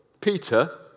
Peter